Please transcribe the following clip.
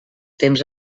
temps